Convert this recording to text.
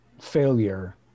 failure